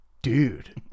Dude